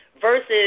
versus